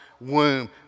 womb